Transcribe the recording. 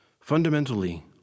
Fundamentally